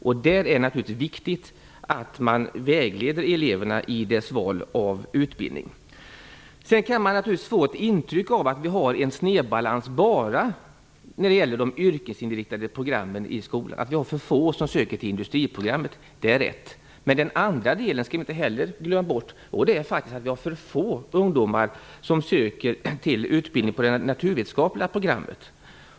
Därför är det viktigt att man vägleder eleverna i deras val av utbildning. Man kan naturligtvis få ett intryck av att det finns en snedbalans bara när det gäller de yrkesinriktade programmen i skolan. Det är riktigt att det är för få som söker till industriprogrammen. Men den andra delen skall vi inte heller glömma bort, nämligen att det är för få ungdomar som söker till utbildningen på det naturvetenskapliga programmet.